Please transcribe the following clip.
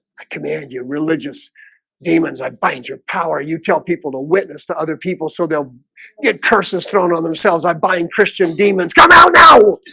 i command you religious demons i bind your power. you tell people to witness to other people so they'll get curses thrown on themselves i'm buying christian demons come out now